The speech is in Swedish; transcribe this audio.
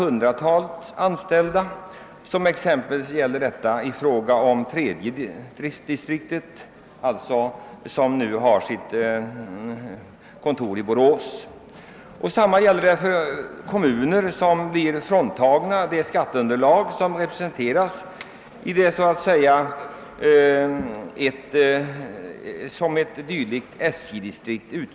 Så är t.ex. fallet beträffande tredje distriktet som nu har sitt kontor i Borås. Frågan berör också de kommuner som mister en del av sitt skatteunderlag på grund av att ett distriktskontor upphör med verksamheten.